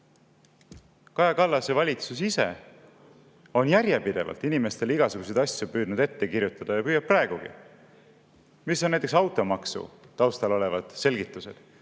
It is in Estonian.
Kaja Kallase valitsus ise järjepidevalt inimestele igasuguseid asju püüdnud ette kirjutada ja püüab praegugi. Mis on näiteks automaksu taustal olevad selgitused?